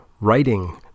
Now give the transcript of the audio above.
writing